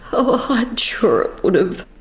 oh i'm sure it would've.